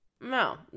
No